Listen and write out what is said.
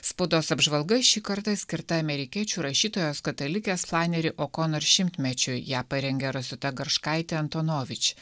spaudos apžvalga šį kartą skirta amerikiečių rašytojos katalikės flaneri okonur šimtmečiui ją parengė rosita garškaitė antonovič